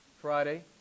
Friday